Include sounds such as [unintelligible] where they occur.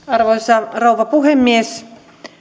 [unintelligible] arvoisa rouva puhemies